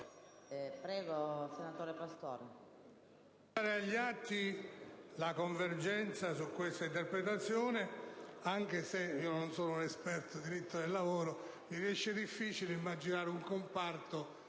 Prego, senatore Pastore.